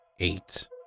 Eight